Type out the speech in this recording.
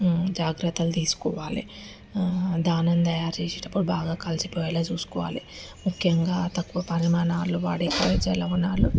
జాగ్రత్తలు తీసుకోవాలి దానాన్ని తయారు చేసేటప్పుడు బాగా కలిసిపోయేలా చూసుకోవాలి ముఖ్యంగా తక్కువ పరిమాణాలు వాడే జలవనాలు